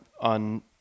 on